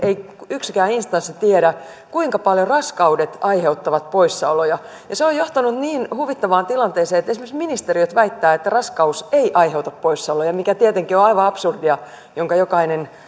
yksikään instanssi tiedä kuinka paljon raskaudet aiheuttavat poissaoloja se on on johtanut niin huvittavaan tilanteeseen että esimerkiksi ministeriöt väittävät että raskaus ei aiheuta poissaoloja mikä tietenkin on aivan absurdia ja sen jokainen